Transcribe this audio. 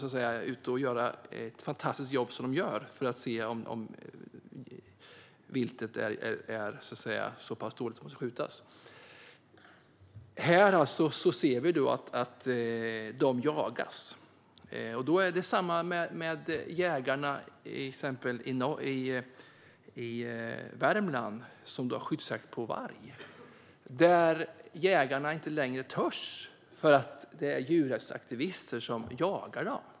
Sedan ska de göra det fantastiska jobb som de gör för att se om viltet så pass dåligt att det måste skjutas. Här ser vi att de jägarna jagas. Det är samma med till exempel jägarna i Värmland som har skyddsjakt på varg. Jägarna törs inte längre för att det är djurrättsaktivister som jagar dem.